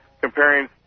comparing